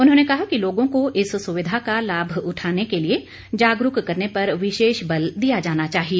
उन्होंने कहा कि लोगों को इस सुविधा का लाभ उठाने के लिए जागरूक करने पर विशेष बल दिया जाना चाहिए